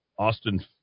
Austin